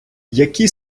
які